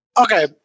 Okay